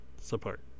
Support